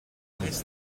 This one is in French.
furiani